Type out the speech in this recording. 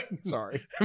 sorry